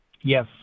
Yes